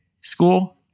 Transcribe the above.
school